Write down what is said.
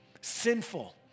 sinful